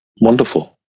wonderful